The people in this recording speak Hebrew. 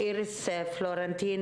איריס פלורנטין,